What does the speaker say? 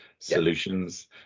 solutions